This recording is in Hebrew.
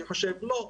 אני חושב שלא,